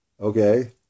Okay